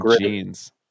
jeans